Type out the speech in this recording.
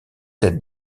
têtes